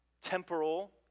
temporal